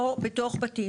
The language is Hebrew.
לא בתוך בתים.